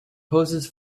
poses